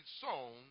sown